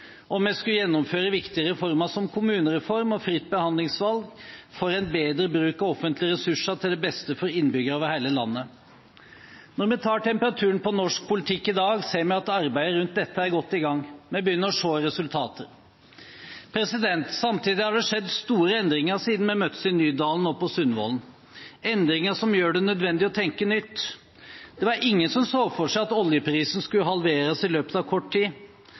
og vi skulle gjennomføre viktige reformer som kommunereform og fritt behandlingsvalg, for en bedre bruk av offentlige ressurser til det beste for innbyggerne over hele landet. Når vi tar temperaturen på norsk politikk i dag, ser vi at arbeidet rundt dette er godt i gang. Vi begynner å se resultater. Samtidig har det skjedd store endringer siden vi møttes i Nydalen og på Sundvolden – endringer som gjør det nødvendig å tenke nytt. Det var ingen som så for seg at oljeprisen skulle halveres i løpet av kort tid.